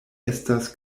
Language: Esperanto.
estas